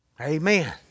Amen